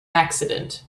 accident